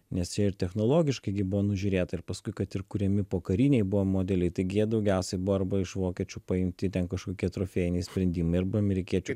nes čia ir technologiškai gi buvo nužiūrėta ir paskui kad ir kuriami pokariniai buvo modeliai taigi jie daugiausiai buvo arba iš vokiečių paimti ten kažkokie trofėjiniai sprendimai arba amerikiečių